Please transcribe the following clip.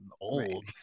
Old